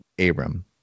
Abram